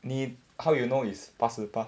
你 how you know is 八十八